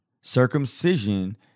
Circumcision